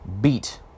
beat